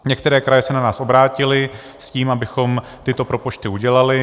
Některé kraje se na nás obrátily s tím, abychom tyto propočty udělali.